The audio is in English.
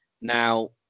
now